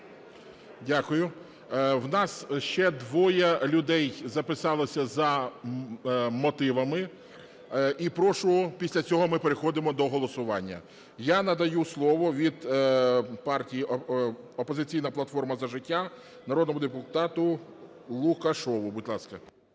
Дякую. В нас ще двох людей записалося за мотивами. І прошу, після цього ми переходимо до голосування. Я надаю слово від партії "Опозиційна платформа - За життя" народному депутату Лукашеву. Будь ласка.